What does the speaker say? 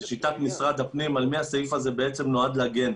לשיטת משרד הפנים על מי הסעיף הזה בעצם נועד להגן,